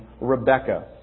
Rebecca